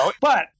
but-